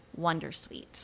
wondersuite